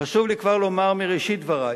חשוב לי לומר כבר בראשית דברי: